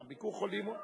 "ביקור חולים" הוא,